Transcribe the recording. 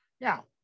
Now